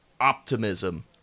optimism